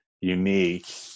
unique